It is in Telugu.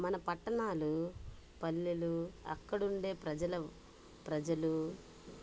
మన పట్టణాలు పల్లెలు అక్కడుండే ప్రజల ప్రజలు